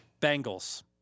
Bengals